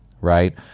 right